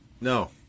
No